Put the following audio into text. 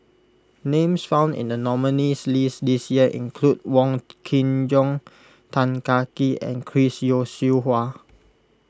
names found in the nominees' list this year include Wong Kin Jong Tan Kah Kee and Chris Yeo Siew Hua